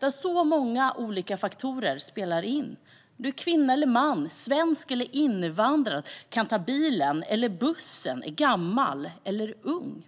Det är många olika faktorer som spelar in - om du är kvinna eller man, är svensk eller invandrad, kan ta bilen eller bussen, är gammal eller ung.